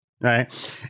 Right